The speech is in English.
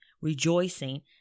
rejoicing